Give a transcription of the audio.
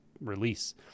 release